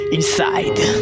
Inside